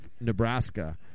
nebraska